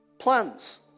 plans